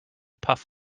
puff